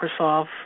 Microsoft